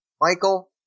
Michael